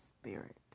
spirit